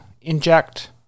inject